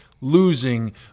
losing